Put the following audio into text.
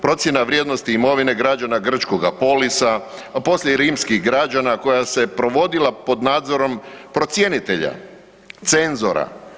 Procjena vrijednosti imovine građana grčkoga Polisa, a poslije i rimskih građana koja se provodila pod nadzorom procjenitelja, cenzora.